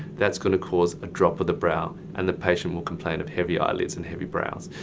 that's gonna cause a drop of the brow and the patient will complain of heavier eyelids and heavy brows.